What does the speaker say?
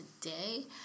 today